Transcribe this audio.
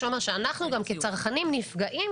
זה גם אומר שאנחנו כצרכנים נפגעים